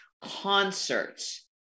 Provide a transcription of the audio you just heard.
concerts